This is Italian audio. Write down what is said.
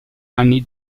anni